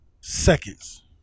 seconds